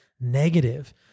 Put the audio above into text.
negative